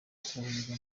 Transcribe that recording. kubohereza